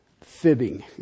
fibbing